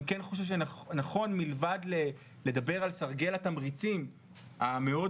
אני כן חושב שנכון מלבד לדבר על סרגל התמריצים המאוד